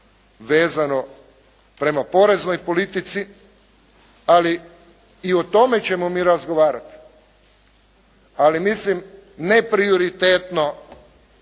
vezano prema poreznoj politici, ali i o tome ćemo mi razgovarati, ali mislim ne prioritetno